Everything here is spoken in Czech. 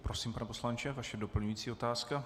Prosím, pane poslanče, vaše doplňující otázka.